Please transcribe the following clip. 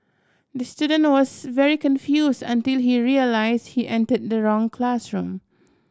the student was very confused until he realised he entered the wrong classroom